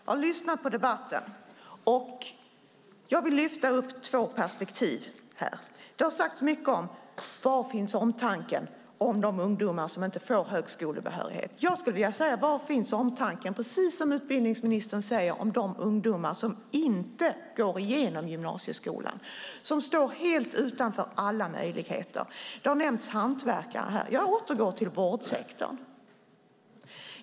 Fru talman! Jag har lyssnat på debatten, och jag vill lyfta upp två perspektiv. Det har talats mycket om: Var finns omtanken om de ungdomar som inte får högskolebehörighet? Jag skulle vilja säga, precis som utbildningsministern säger: Var finns omtanken om de ungdomar som inte går igenom gymnasieskolan, som står helt utanför alla möjligheter? Hantverkare har nämnts här. Jag återgår till vårdsektorn.